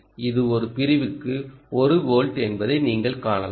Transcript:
இது ஒரு பிரிவுக்கு ஒரு வோல்ட் என்பதை நீங்கள் காணலாம்